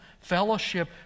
fellowship